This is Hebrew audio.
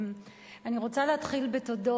אני רוצה להתחיל בתודות.